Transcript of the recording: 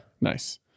Nice